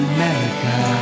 America